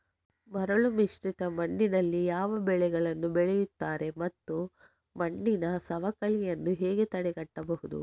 ಮರಳುಮಿಶ್ರಿತ ಮಣ್ಣಿನಲ್ಲಿ ಯಾವ ಬೆಳೆಗಳನ್ನು ಬೆಳೆಯುತ್ತಾರೆ ಮತ್ತು ಮಣ್ಣಿನ ಸವಕಳಿಯನ್ನು ಹೇಗೆ ತಡೆಗಟ್ಟಬಹುದು?